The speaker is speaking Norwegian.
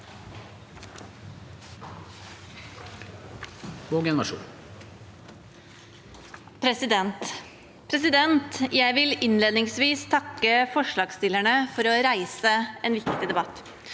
for saken): Jeg vil innledningsvis takke forslagsstillerne for å reise en viktig debatt.